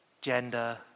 gender